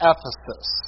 Ephesus